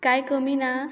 कांय कमी ना